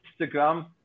Instagram